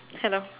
hello